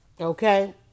Okay